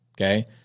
Okay